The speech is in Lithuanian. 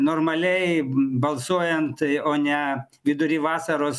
normaliai balsuojant o ne vidury vasaros